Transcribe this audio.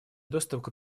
доступа